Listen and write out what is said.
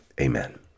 amen